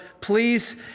please